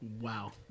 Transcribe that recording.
Wow